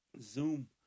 Zoom